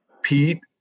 Pete